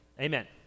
Amen